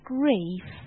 grief